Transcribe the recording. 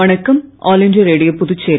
வணக்கம் all India Radio Puducherry